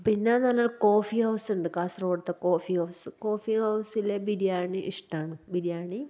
പിന്നെന്ന് പറഞ്ഞാല് കോഫീ ഹൌസുണ്ട് കാസര്കോഡത്തെ കോഫി ഹൗസ് കോഫി ഹൗസിലെ ബിരിയാണി ഇഷ്ടമാണ് ബിരിയാണി